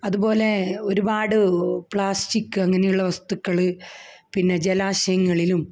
അതുപോലേ ഒരുപാട് പ്ലാസ്റ്റിക് അങ്ങനെയുള്ള വസ്തുക്കള് പിന്നെ ജലാശയങ്ങളിലും